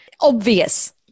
obvious